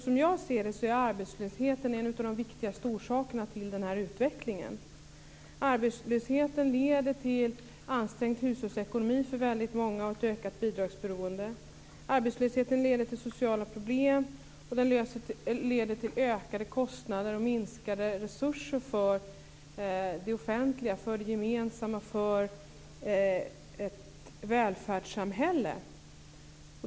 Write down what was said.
Som jag ser det är arbetslösheten en av de viktigaste orsakerna till denna utveckling. Arbetslösheten leder till en ansträngd hushållsekonomi och ett ökat bidragsberoende för väldigt många. Arbetslösheten leder till sociala problem, och den leder till ökade kostnader och minskade resurser för det offentliga, för det gemensamma, och för ett välfärdssamhälle.